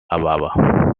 ababa